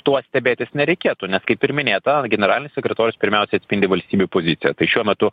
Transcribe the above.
tuo stebėtis nereikėtų nes kaip ir minėta generalinis sekretorius pirmiausia atspindi valstybių poziciją tai šiuo metu